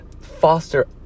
foster